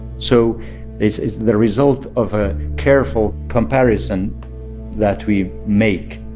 so it's it's the result of a careful comparison that we make